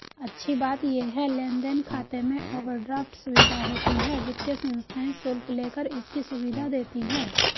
अच्छी बात ये है लेन देन खाते में ओवरड्राफ्ट सुविधा होती है वित्तीय संस्थाएं शुल्क लेकर इसकी सुविधा देती है